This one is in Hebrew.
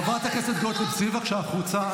חברת הכנסת גוטליב, צאי בבקשה החוצה.